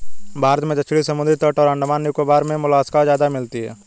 भारत में दक्षिणी समुद्री तट और अंडमान निकोबार मे मोलस्का ज्यादा मिलती है